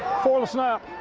the snap,